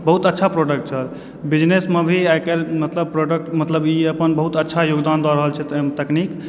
बहुत अच्छा प्रोडक्ट छल बिजनेसमऽ भी आइ काल्हि मतलब प्रोडक्ट मतलब ई अपन बहुत अच्छा योगदान दऽ रहल छै तकनीक